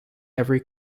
every